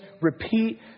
repeat